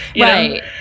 right